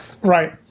right